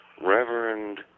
Reverend